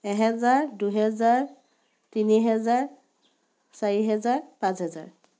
এহেজাৰ দুহেজাৰ তিনি হেজাৰ চাৰি হেজাৰ পাঁচ হেজাৰ